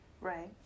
Right